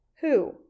Who